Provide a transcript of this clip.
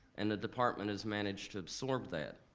and the department has managed to absorb that.